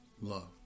love